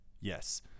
yes